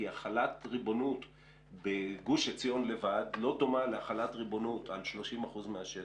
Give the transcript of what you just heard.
כי החלת ריבונות בגוש עציון בלבד לא דומה להחלת ריבונות על 30% מהשטח,